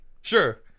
Sure